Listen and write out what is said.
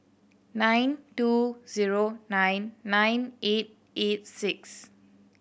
nine two zero nine nine eight eight six